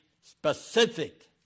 specific